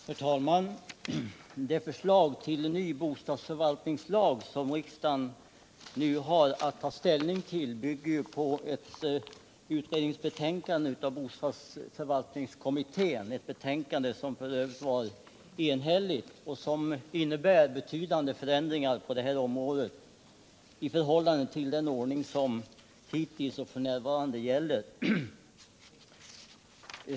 Herr talman! Det förslag till ny bostadsförvaltningslag som riksdagen nu har att ta ställning till bygger ju på ett utredningsbetänkande av bostadsförvaltningskommittén, ett betänkande som f. ö. är enhälligt och innebär betydande förändringar på det här området i förhållande till den ordning som f.n. gäller.